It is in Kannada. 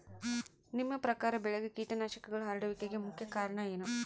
ನಿಮ್ಮ ಪ್ರಕಾರ ಬೆಳೆಗೆ ಕೇಟನಾಶಕಗಳು ಹರಡುವಿಕೆಗೆ ಮುಖ್ಯ ಕಾರಣ ಏನು?